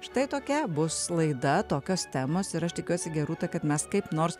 štai tokia bus laida tokios temos ir aš tikiuosi gerūta kad mes kaip nors